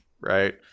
right